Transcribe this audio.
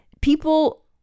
People